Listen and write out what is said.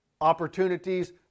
opportunities